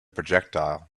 projectile